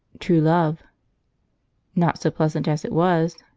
true love not so pleasant as it was.